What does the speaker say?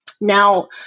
Now